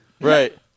right